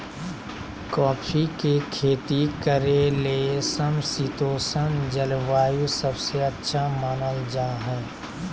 coffee के खेती करे ले समशितोष्ण जलवायु सबसे अच्छा मानल जा हई